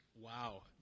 Wow